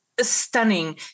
Stunning